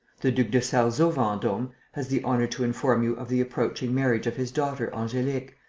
the duc de sarzeau-vendome has the honour to inform you of the approaching marriage of his daughter angelique,